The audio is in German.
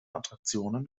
attraktionen